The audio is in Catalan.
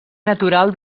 natural